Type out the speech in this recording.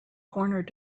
corner